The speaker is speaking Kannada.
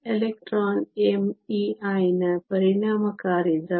ಎಲೆಕ್ಟ್ರಾನ್ me¿ ನ ಪರಿಣಾಮಕಾರಿ ದ್ರವ್ಯರಾಶಿ 0